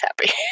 happy